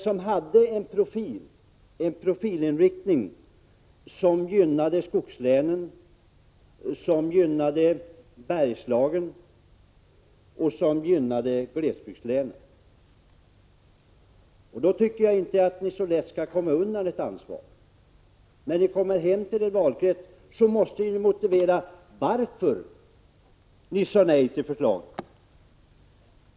Det förslaget hade en profil som gynnade skogslänen, som gynnade Bergslagen och som gynnade glesbygdslänen. Då tycker jag att ni inte så lätt skall komma undan ert ansvar. När ni kommer hem till er valkrets måste ni motivera varför ni sade nej till förslaget.